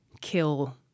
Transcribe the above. kill